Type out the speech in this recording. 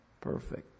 perfect